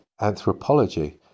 anthropology